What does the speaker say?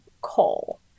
coal